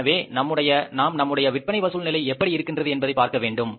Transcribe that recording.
எனவே நாம் நம்முடைய விற்பனை வசூல் நிலை எப்படி இருக்கின்றது என்பதை பார்க்க வேண்டும்